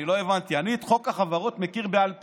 אני לא הבנתי, אני את חוק החברות מכיר בעל פה,